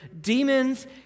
demons